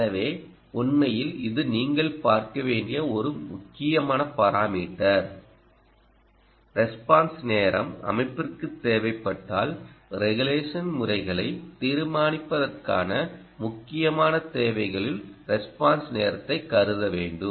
எனவே உண்மையில் இது நீங்கள் பார்க்க வேண்டிய ஒரு முக்கியமான பாராமீட்டர் ரெஸ்பான்ஸ் நேரம் அமைப்பிற்குத் தேவைப்பட்டால் ரெகுலேஷன் முறைகளை தீர்மானிப்பதற்கான முக்கியமான தேவைகளில் ஒன்றாக ரெஸ்பான்ஸ் நேரத்தைக் கருத வேண்டும்